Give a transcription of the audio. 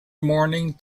morning